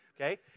Okay